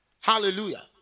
Hallelujah